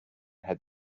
had